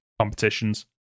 competitions